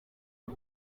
ari